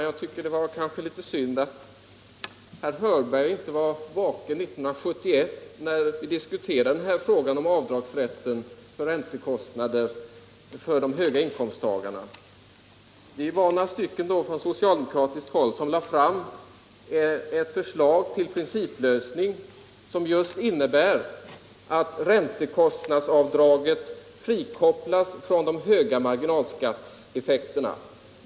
Herr talman! Det är kanske synd att herr Hörberg inte var vaken 1971, när vi diskuterade den här frågan om rätten till avdrag för räntekostnader för de höga inkomsttagarna. Då var vi några ledamöter från socialdemokratiskt håll som lade fram ett förstag till principlösning, som just innebar att räntekostnadsavdragen skulle frikopplas från de höga marginalskatteeffekterna.